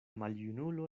maljunulo